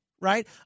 right